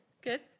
Good